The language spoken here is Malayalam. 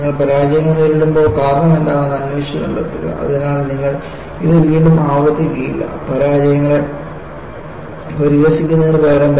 നിങ്ങൾ പരാജയങ്ങൾ നേരിടുമ്പോൾ കാരണം എന്താണെന്ന് അന്വേഷിച്ച് കണ്ടെത്തുക അതിനാൽ നിങ്ങൾ ഇത് വീണ്ടും ആവർത്തിക്കില്ല പരാജയങ്ങളെ പരിഹസിക്കുന്നതിനുപകരം